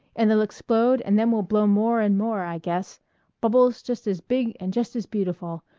and they'll explode and then we'll blow more and more, i guess bubbles just as big and just as beautiful,